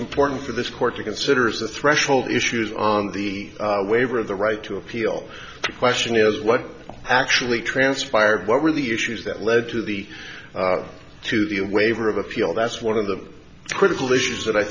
important for this court to consider is the threshold issues on the waiver of the right to appeal to question is what actually transpired what were the issues that led to the to the a waiver of appeal that's one of the critical issues that i